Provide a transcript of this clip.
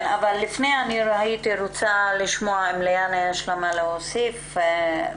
לפני כן הייתי רוצה לשמוע אם לעורכת דין ליאנה יש מה להוסיף בעניין?